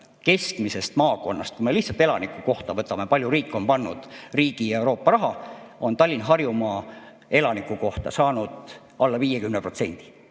keskmisest maakonnast, kui me lihtsalt elaniku kohta võrdleme, kui palju riik on pannud riigi ja Euroopa raha, on Tallinn ja Harjumaa saanud elaniku kohta alla 50%.